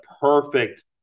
perfect